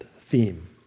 theme